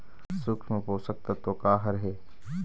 सूक्ष्म पोषक तत्व का हर हे?